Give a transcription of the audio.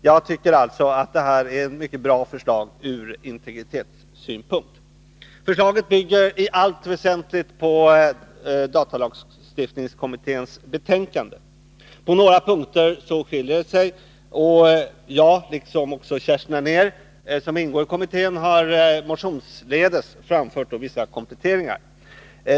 Jag tycker alltså att detta är ett mycket bra förslag från integritetssynpunkt. Förslaget bygger i allt väsentligt på datalagstiftningskommitténs betänkande. På några punkter skiljer det sig, och jag, liksom också Kerstin Anér som ingår i kommittén, har motionsledes framfört vissa kompletteringar.